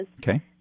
Okay